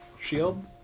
shield